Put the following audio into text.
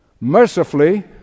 Mercifully